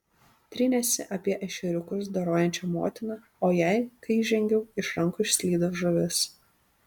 trynėsi apie ešeriukus dorojančią motiną o jai kai įžengiau iš rankų išslydo žuvis